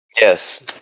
yes